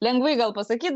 lengvai gal pasakyt